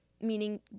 Meaning